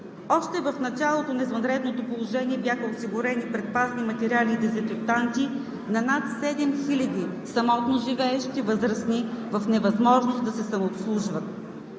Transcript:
Още в началото на извънредното положение бяха осигурени предпазни материали и дезинфектанти на над 7000 самотно живеещи възрастни хора в невъзможност да се самообслужват.